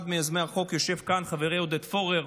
אחד מיוזמי החוק יושב כאן, חברי עודד פורר.